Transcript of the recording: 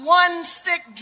one-stick